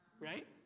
right